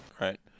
Right